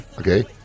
Okay